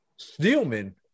Steelman